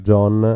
John